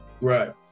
Right